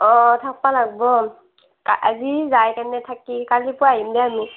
অঁ থাকিব লাগিব আজি যাই কেনে থাকি কালি পুৱা আহিম দে আমি